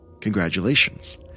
congratulations